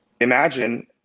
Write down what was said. Imagine